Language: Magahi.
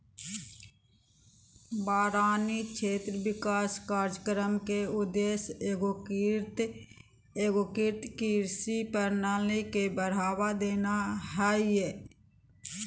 बारानी क्षेत्र विकास कार्यक्रम के उद्देश्य एगोकृत कृषि प्रणाली के बढ़ावा देना हइ